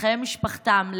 לחיי משפחתם,